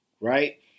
Right